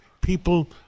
people